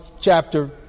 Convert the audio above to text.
chapter